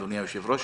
אדוני היושב-ראש,